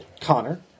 connor